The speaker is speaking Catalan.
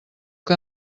que